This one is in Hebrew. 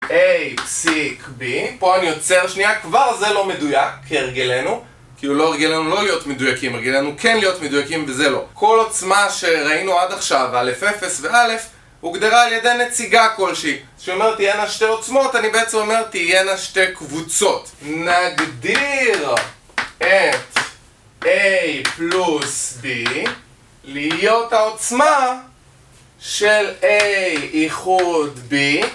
A פסיק B פה אני עוצר, שנייה, כבר זה לא מדויק כרגלנו כאילו לא, הרגלנו לא להיות מדויקים הרגלנו כן להיות מדויקים וזה לא כל עוצמה שראינו עד עכשיו, א' אפס וא' הוגדרה על ידי נציגה כלשהי כשאומרת תהיינה שתי עוצמות אני בעצם אומר תהיינה שתי קבוצות. נגדיר את A פלוס B להיות העוצמה של A איחוד B